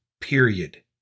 period